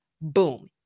Boom